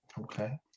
Okay